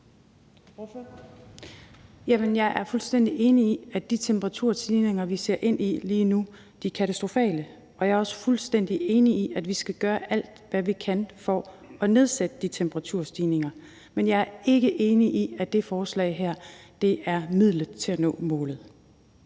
jeg er fuldstændig enig i, at de temperaturstigninger, vi ser ind i lige nu, er katastrofale, og jeg er også fuldstændig enig i, at vi skal gøre alt, hvad vi kan, for at nedsætte de temperaturstigninger, men jeg er ikke enig i, at det her forslag er midlet til at nå målet.